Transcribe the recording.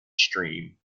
stream